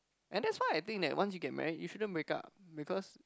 and that's why I think that once you get married you shouldn't break up because